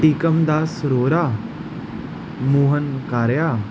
टीकमदास रोहिरा मोहन कारिया